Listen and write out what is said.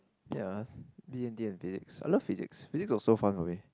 ya D-and-T and physics I love physics physics was so fun for me